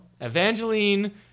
Evangeline